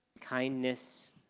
kindness